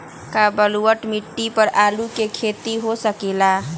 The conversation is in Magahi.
का बलूअट मिट्टी पर आलू के खेती हो सकेला?